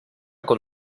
con